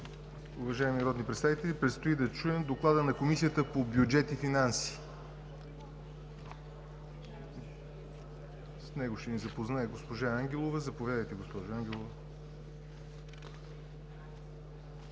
Уважаеми народни представители, предстои да чуем Доклада на Комисията по бюджет и финанси. С него ще ни запознае госпожа Ангелова. Заповядайте, госпожо Ангелова